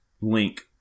Link